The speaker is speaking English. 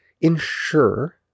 ensure